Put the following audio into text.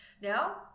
Now